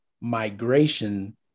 Migration